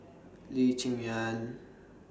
Lee Cheng Yan